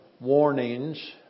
warnings